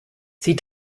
sie